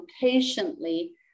patiently